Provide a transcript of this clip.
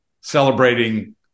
celebrating